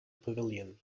pavilion